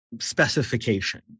specification